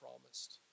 promised